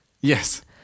Yes